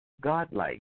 God-like